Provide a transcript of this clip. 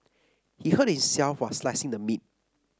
he hurt himself while slicing the meat